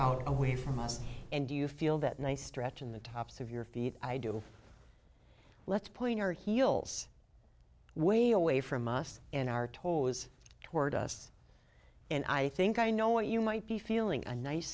out away from us and you feel that nice stretch in the tops of your feet i do let's point our heels way away from us in our toes toward us and i think i know what you might be feeling a nice